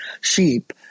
sheep